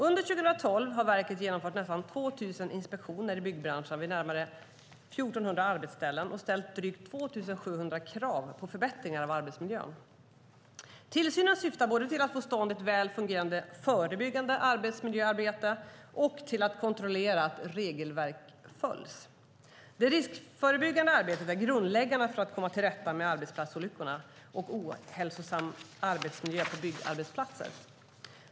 Under 2012 har verket genomfört nästan 2 000 inspektioner i byggbranschen på närmare 1 400 arbetsställen och ställt drygt 2 700 krav på förbättringar av arbetsmiljön. Tillsynen syftar både till att få till stånd ett väl fungerande förebyggande arbetsmiljöarbete och till att kontrollera att regelverk följs. Det riskförebyggande arbetet är grundläggande för att komma till rätta med arbetsolyckor och ohälsosam arbetsmiljö på byggarbetsplatser.